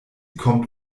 kommt